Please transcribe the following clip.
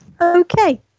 Okay